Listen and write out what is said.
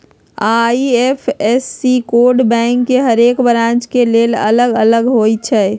IFSC code bank के हरेक branch के लेल अलग अलग होई छै